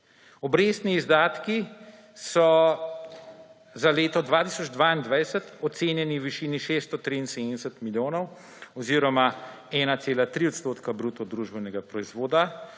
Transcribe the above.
Obrestni izdatki so za leto 2022 ocenjeni v višini 673 milijonov oziroma 1,3 odstotka bruto družbenega proizvoda,